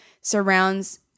surrounds